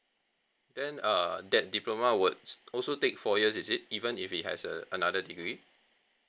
then err that diploma would s~ also take four years is it even if he has uh another degree